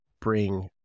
bring